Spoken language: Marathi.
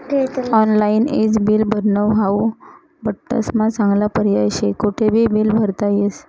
ऑनलाईन ईज बिल भरनं हाऊ बठ्ठास्मा चांगला पर्याय शे, कोठेबी बील भरता येस